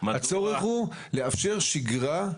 הצורך הוא לאפשר שגרה.